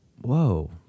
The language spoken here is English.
whoa